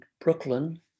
brooklyn